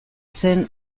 zen